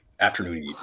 afternoon